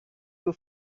you